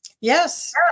Yes